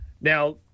now